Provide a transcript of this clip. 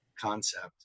concept